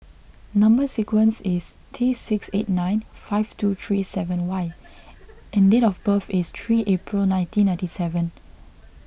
Number Sequence is T six eight nine five two three seven Y and date of birth is three April nineteen ninety seven